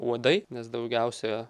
uodai nes daugiausia